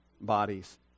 bodies